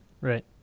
right